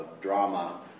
drama